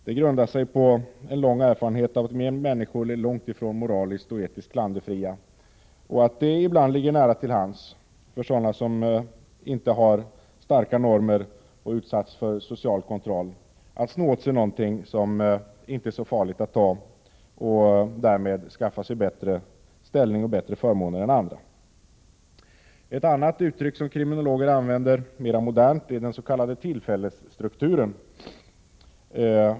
Det grundar sig på en lång erfarenhet av att många människor är långt ifrån moraliskt och etiskt klanderfria och att det ibland ligger nära till hands för sådana som inte har starka normer och som inte utsatts för social kontroll att sno åt sig någonting som det inte är så farligt att ta och därmed skaffa sig en bättre ställning och bättre förmåner än andra. Ett mer modernt uttryck som kriminologer använder är den s.k. tillfällesstrukturen.